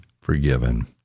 forgiven